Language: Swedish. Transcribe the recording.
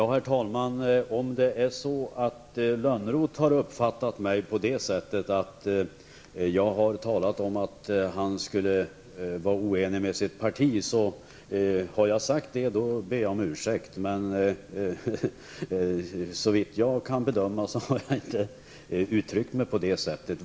Herr talman! Jag ber om ursäkt om jag har sagt att Johan Lönnroth skulle vara oenig med sitt parti. Men såvitt jag kan bedöma har jag inte uttryck mig på det sättet.